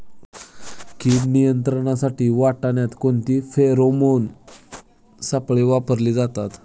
कीड नियंत्रणासाठी वाटाण्यात कोणते फेरोमोन सापळे वापरले जातात?